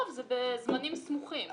וזה מוסדר שם כבר.